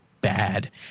bad